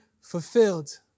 fulfilled